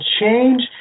change